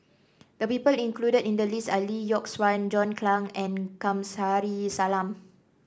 the people included in the list are Lee Yock Suan John Clang and Kamsari Salam